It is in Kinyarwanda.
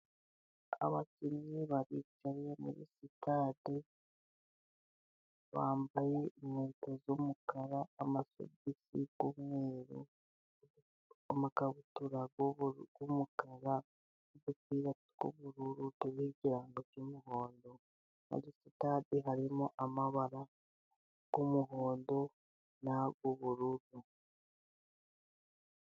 Abakinnyi baricaye muri sitade bambaye inkweto z'umukara, amasogisi y'umweru, n'amakabutura y'umukara n'udupira tw'ubururu turiho ikirango cy'umuhondo. Muri sitade harimo amabara y'umuhondo n'ay'ubururu.